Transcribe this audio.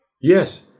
Yes